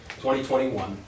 2021